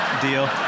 Deal